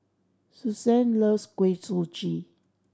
Susann loves Kuih Suji